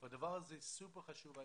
והדבר הזה הוא סופר חשוב.